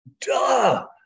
duh